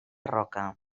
roca